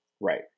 right